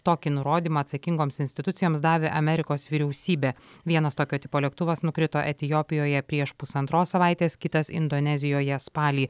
tokį nurodymą atsakingoms institucijoms davė amerikos vyriausybė vienas tokio tipo lėktuvas nukrito etiopijoje prieš pusantros savaitės kitas indonezijoje spalį